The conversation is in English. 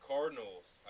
Cardinals